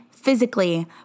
Physically